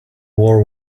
war